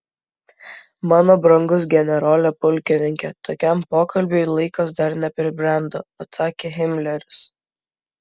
mano brangus generole pulkininke tokiam pokalbiui laikas dar nepribrendo atsakė himleris